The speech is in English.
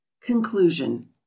CONCLUSION